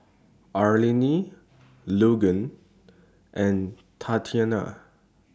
Arlene Logan and Tatiana